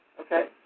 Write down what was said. Okay